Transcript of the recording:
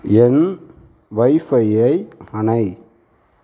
என் வைஃபையை அணை